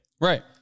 Right